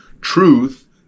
Truth